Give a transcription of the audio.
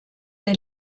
der